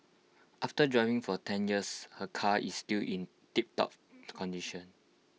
after driving for ten years her car is still in tiptop condition